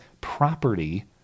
property